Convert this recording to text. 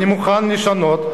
אני מוכן לשנות,